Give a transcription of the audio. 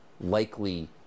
likely